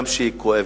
גם כשהיא כואבת,